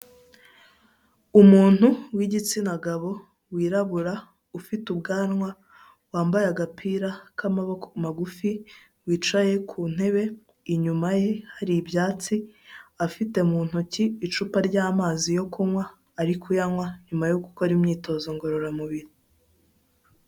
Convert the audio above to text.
Umuntu w'igitsina gabo, wirabura, ufite ubwanwa, wambaye agapira k'amaboko magufi, wicaye ku ntebe inyuma ye hari ibyatsi, afite mu ntoki icupa ry'amazi yo kunywa, ari kuyanywa, nyuma yo gukora imyitozo ngororamubiri.